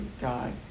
God